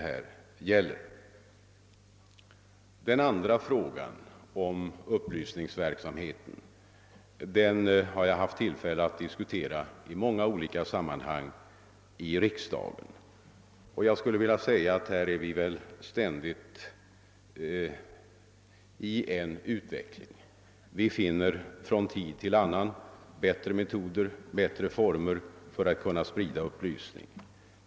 har jag haft tillfälle att diskutera i många olika sammanhang här i riksdagen. Vi är ständigt inne i en utveckling — vi finner från tid till annan bättre metoder, bättre former för att sprida upplysning.